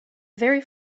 very